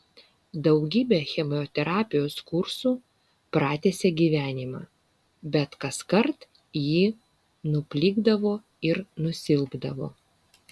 daugybė chemoterapijos kursų pratęsė gyvenimą bet kaskart ji nuplikdavo ir nusilpdavo